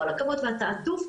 ואתה עטוף,